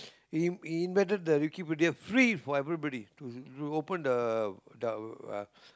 he he invented the Wikipedia free for everybody to open the the uh